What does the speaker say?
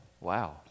Wow